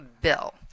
Bill